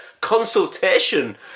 consultation